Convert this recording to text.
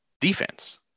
defense